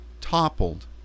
toppled